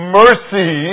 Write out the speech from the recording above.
mercy